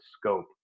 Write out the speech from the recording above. scope